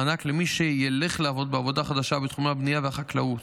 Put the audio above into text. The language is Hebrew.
מענק למי שילך לעבוד בעבודה חדשה בתחומי הבנייה והחקלאות,